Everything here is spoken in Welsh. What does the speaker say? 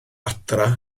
adre